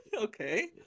Okay